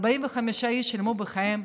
45 איש שילמו בחייהם,